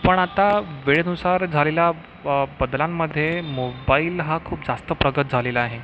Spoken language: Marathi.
पण आता वेळेनुसार झालेल्या बदलांमध्ये मोबाईल हा खूप जास्त प्रगत झालेला आहे